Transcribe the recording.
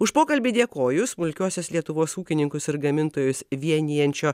už pokalbį dėkoju smulkiuosius lietuvos ūkininkus ir gamintojus vienijančio